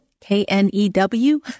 K-N-E-W